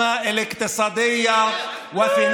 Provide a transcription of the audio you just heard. לא,